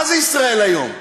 מה זה "ישראל היום"?